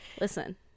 listen